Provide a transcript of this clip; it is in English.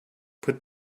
put